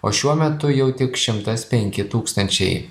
o šiuo metu jau tik šimtas penki tūkstančiai